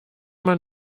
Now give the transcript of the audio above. man